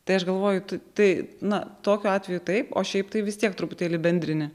tai aš galvoju tu tai na tokiu atveju taip o šiaip tai vis tiek truputėlį bendrini